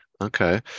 Okay